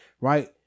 right